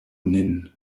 nin